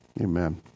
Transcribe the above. Amen